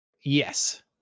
Yes